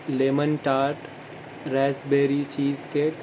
lemon tart raspberry cheese cake